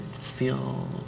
feel